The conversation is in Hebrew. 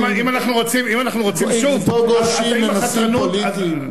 אם אנחנו רוצים, אנחנו גולשים לנושאים פוליטיים.